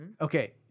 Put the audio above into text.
Okay